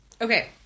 Okay